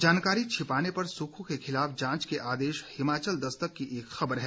जानकारी छिपाने पर सुक्खू के खिलाफ जांच के आदेश हिमाचल दस्तक की एक खबर है